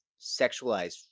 sexualized